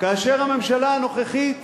כאשר הממשלה הנוכחית